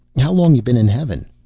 how long you been in heaven?